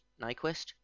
nyquist